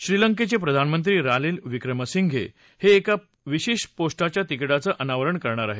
श्रीलंकेचे प्रधानमंत्री रानिल विक्रमसिंघे हे एका विशेष पोस्टाच्या तिकीटाचं अनावरण करणार आहेत